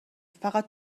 فقط